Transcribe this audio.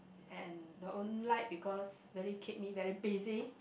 and the don't like because very keep me very busy